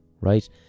Right